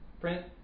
print